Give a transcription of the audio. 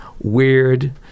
weird